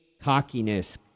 cockiness